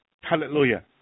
Hallelujah